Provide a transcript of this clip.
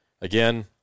Again